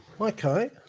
Okay